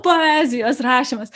poezijos rašymas